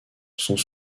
sont